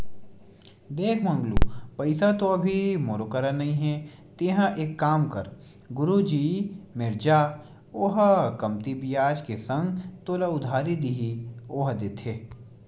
देख मंगलू पइसा तो अभी मोरो करा नइ हे तेंहा एक काम कर गुरुजी मेर जा ओहा कमती बियाज के संग तोला उधारी दिही ओहा देथे